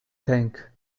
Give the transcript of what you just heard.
tank